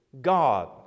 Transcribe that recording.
God